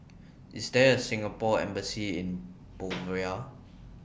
IS There A Singapore Embassy in Bolivia